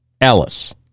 Ellis